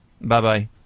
Bye-bye